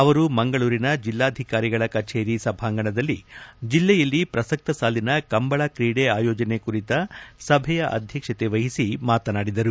ಅವರು ಮಂಗಳೂರಿನ ಜಿಲ್ಲಾಧಿಕಾರಿಗಳ ಕಚೇರಿ ಸಭಾಂಗಣದಲ್ಲಿ ಜಿಲ್ಲೆಯಲ್ಲಿ ಪ್ರಸಕ್ತ ಸಾಲಿನ ಕಂಬಳ ಕ್ರೀಡೆ ಆಯೋಜನೆ ಕುರಿತ ಸಭೆಯ ಅಧ್ಯಕ್ಷತೆ ವಹಿಸಿ ಮಾತನಾಡಿದರು